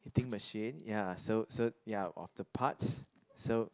hitting machine ya so so ya of the parts so